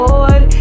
Lord